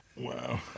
Wow